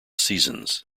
seasons